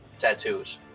tattoos